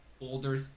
older